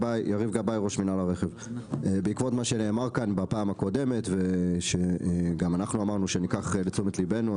פה בפעם הקודמת וגם אנחנו אמרנו שניקח לתשומת ליבנו,